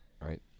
right